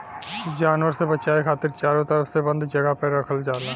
जानवर से बचाये खातिर चारो तरफ से बंद जगह पे रखल जाला